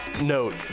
note